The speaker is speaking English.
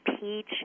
peach